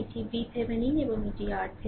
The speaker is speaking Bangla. এটি VThevenin এবং এটি RThevenin